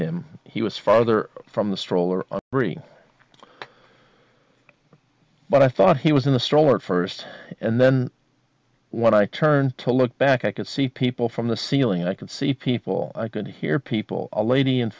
him he was farther from the stroller bre but i thought he was in the stroller first and then when i turned to look back i could see people from the ceiling and i could see people i could hear people a lady and